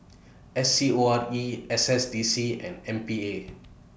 S C O R E S S D C and M P A